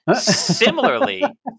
Similarly